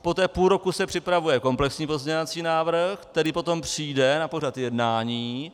Poté se půl roku připravuje komplexní pozměňovací návrh, který potom přijde na pořad jednání.